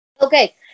Okay